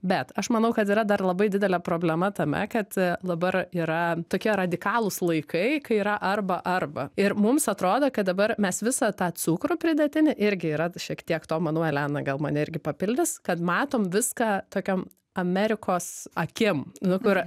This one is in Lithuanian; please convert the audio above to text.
bet aš manau kad yra dar labai didelė problema tame kad dabar yra tokie radikalūs laikai kai yra arba arba ir mums atrodo kad dabar mes visą tą cukrų pridėtinį irgi yra šiek tiek to manau elena gal mane irgi papildys kad matom viską tokiam amerikos akim nu kur